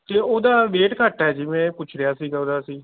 ਅਤੇ ਉਹਦਾ ਵੇਟ ਘੱਟ ਹੈ ਜੀ ਮੈਂ ਇਹ ਪੁੱਛ ਰਿਹਾ ਸੀਗਾ ਉਹਦਾ ਅਸੀਂ